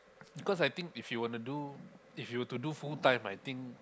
because I think if you want to do if you were to do full time I think